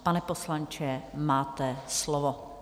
Pane poslanče, máte slovo.